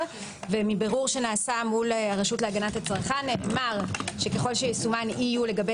ומבירור שנעשה מול הרשות להגנת הצרכן נאמר שככל שיסומן EU לגבי